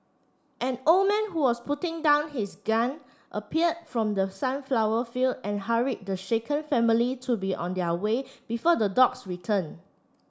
an old man who was putting down his gun appeared from the sunflower field and hurried the shaken family to be on their way before the dogs return